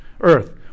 earth